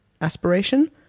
aspiration